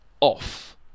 off